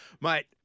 Mate